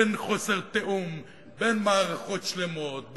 בין חוסר תיאום בין מערכות שלמות,